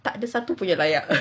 tak ada satu pun yang layak